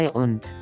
und